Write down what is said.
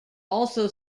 also